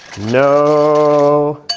no